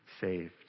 saved